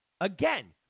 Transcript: Again